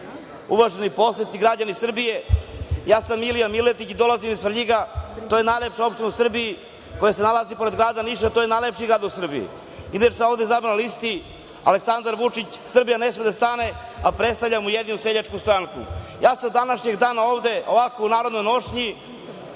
uvaženi poslanici, građani Srbije, ja sam Milija Miletić i dolazim iz Svrljiga. To je najlepša opština u Srbiji, koja se nalazi pored grada Niša, a to je najlepši grad u Srbiji. Inače sam ovde izabran na listi Aleksandar Vučić – Srbija ne sme da stane, a predstavljam USS. Ja sam danas ovde ovako u narodnoj nošnji,